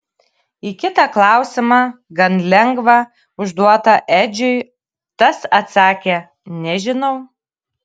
į kitą klausimą gan lengvą užduotą edžiui tas atsakė nežinau